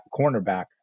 cornerback